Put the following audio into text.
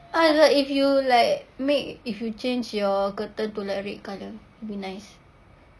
I was like if you like make if you change your curtain to like red colour it be nice